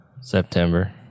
September